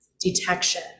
detection